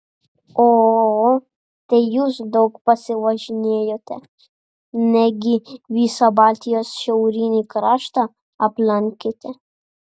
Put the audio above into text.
o o o tai jūs daug pasivažinėjote negi visą baltijos šiaurinį kraštą aplankėte